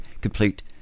complete